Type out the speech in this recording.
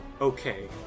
okay